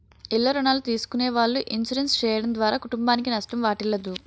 ఇల్ల రుణాలు తీసుకునే వాళ్ళు ఇన్సూరెన్స్ చేయడం ద్వారా కుటుంబానికి నష్టం వాటిల్లదు